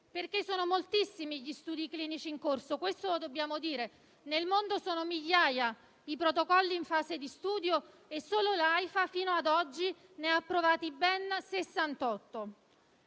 perché sono moltissimi gli studi clinici in corso. Nel mondo sono migliaia i protocolli in fase di studio e solo l'AIFA fino ad oggi ne ha approvati ben